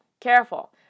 Careful